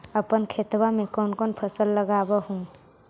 अपन खेतबा मे कौन कौन फसल लगबा हू?